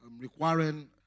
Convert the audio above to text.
requiring